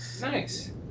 Nice